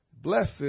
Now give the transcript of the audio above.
Blessed